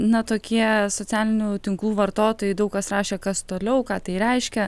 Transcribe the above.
na tokie socialinių tinklų vartotojai daug kas rašė kas toliau ką tai reiškia